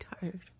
tired